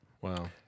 Wow